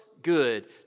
good